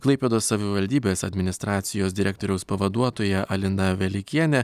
klaipėdos savivaldybės administracijos direktoriaus pavaduotoja alina velykienė